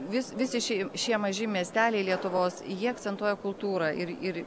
vis visi šie šie maži miesteliai lietuvos jie akcentuoja kultūrą ir ir